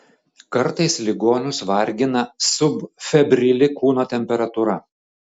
kartais ligonius vargina subfebrili kūno temperatūra